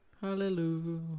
hallelujah